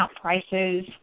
prices